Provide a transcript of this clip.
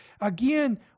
Again